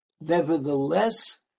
Nevertheless